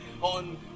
on